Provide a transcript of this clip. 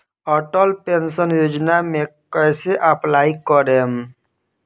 Atal pension योजना मे कैसे अप्लाई करेम?